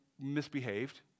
misbehaved